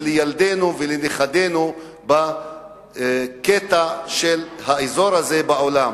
לילדינו ולנכדינו בקטע של האזור הזה בעולם.